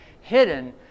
hidden